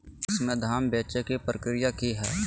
PACS में धाम बेचे के प्रक्रिया की हय?